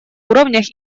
уровнях